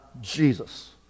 Jesus